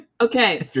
okay